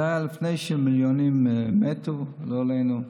זה היה לפני שמילונים מתו, לא עלינו.